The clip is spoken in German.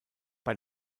bei